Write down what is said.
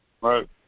right